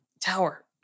tower